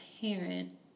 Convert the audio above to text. parent